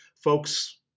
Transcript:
folks